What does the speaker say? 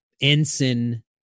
ensign